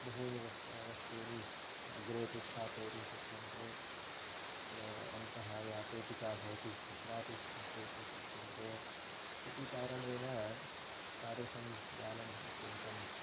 बहूनि वस्तूनि वस्तूनि अग्रेऽपि स्थापयितुं शक्यन्ते अत्र अन्तः या पेटिका भवति तत्रापि स्थापयितुं शक्यन्ते इति कारणेन तादृशं यानम् अत्यन्तम्